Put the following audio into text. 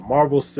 Marvel